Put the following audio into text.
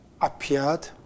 appeared